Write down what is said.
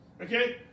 Okay